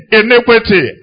iniquity